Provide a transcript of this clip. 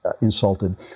insulted